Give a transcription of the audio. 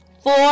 four